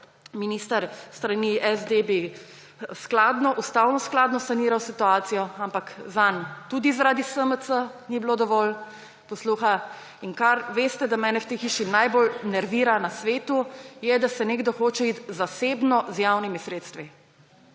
minister s strani SD, bi ustavnoskladno saniral situacijo, ampak zanj tudi zaradi SMC ni bilo dovolj posluha. In veste, da mene v tej hiši najbolj nervira na svetu to, da se nekdo hoče iti zasebno z javnimi sredstvi.